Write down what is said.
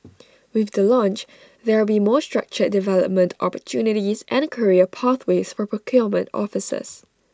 with the launch there will be more structured development opportunities and career pathways for procurement officers